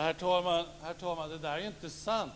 Herr talman! Det där är inte sant.